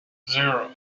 zero